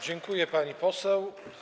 Dziękuję, pani poseł.